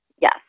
Yes